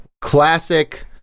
classic